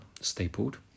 stapled